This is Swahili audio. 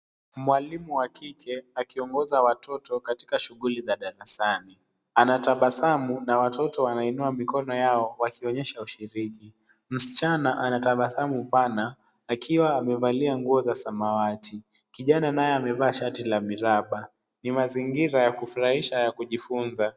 Mwalimu wa kike akiongoza watoto katika shughuli za darasani. Anatabasamu na watoto wanainua mikono yao wakionyesha ushiriki. Msichana ana tabasamu pana akiwa amevalia nguo za samawati. Kijana naye amevaa shati la miraba. Ni mazingira ya kufurahisha ya kujifunza.